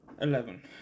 Eleven